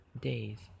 days